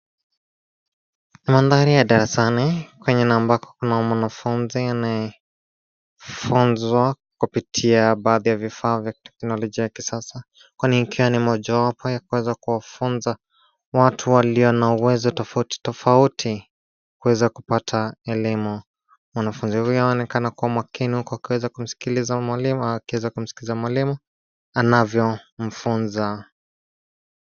Mandhari ya darasani, kwengine ambako kuna mwanafunzi anaye, funzwa, kupitia baadhi ya vifaa vya kiteknolojia ya kisasa, kwani ikiwa mojawapo ya kuweza kuwafunza, watu walio na uwezo tofauti tofauti, kuweza kupata elimu, mwanafunzi huyo anaonekana kuwa makini huku akiweza kumsikiliza mwalimu, anavyo, mfunza.